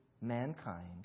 mankind